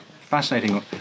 fascinating